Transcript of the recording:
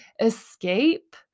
escape